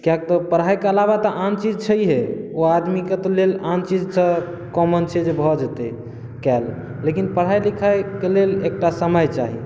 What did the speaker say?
किआकि तऽ पढ़ाइ के अलावा तऽ आन चीज छैहे ओ आदमीके लेल आन चीज तऽ कॉमन छै जे भऽ जेतै काल्हि लेकिन पढ़ाइ लिखाइके लेल एकटा समय चाही